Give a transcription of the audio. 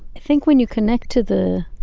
think when you connect to the,